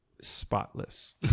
spotless